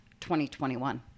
2021